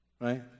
right